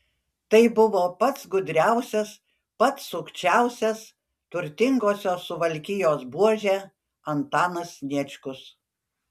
tai buvo pats gudriausias pats sukčiausias turtingosios suvalkijos buožė antanas sniečkus